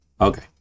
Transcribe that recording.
Okay